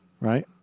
right